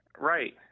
right